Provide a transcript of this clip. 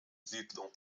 siedlung